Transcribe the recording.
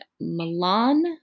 Milan